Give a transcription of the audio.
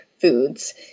foods